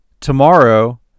tomorrow